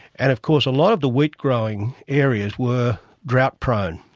and of course a lot of the wheatgrowing areas were drought prone,